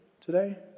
today